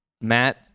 Matt